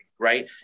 Right